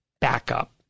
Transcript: backup